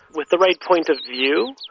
with the right point of view,